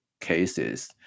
cases